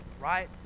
right